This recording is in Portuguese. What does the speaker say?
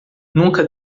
nunca